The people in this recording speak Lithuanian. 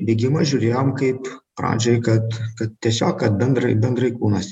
bėgimą žiūrėjom kaip pradžioj kad kad tiesiog bendrai bendrai kūnas